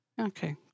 Okay